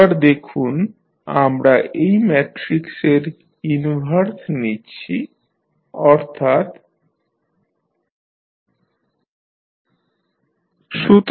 এবার দেখুন আমরা এই ম্যাট্রিক্সের ইনভার্স নিচ্ছি অর্থাৎ sI A